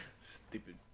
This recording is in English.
stupid